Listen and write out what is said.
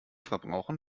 verbrauchen